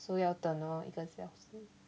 so 要等哦一个小时